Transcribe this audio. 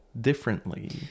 differently